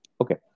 okay